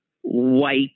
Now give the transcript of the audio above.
white